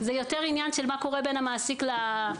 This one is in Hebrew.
זה יותר עניין של מה קורה בין המעסיק לעובד,